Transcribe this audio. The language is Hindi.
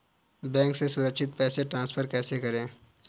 बैंक से सुरक्षित पैसे ट्रांसफर कैसे करें?